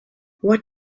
what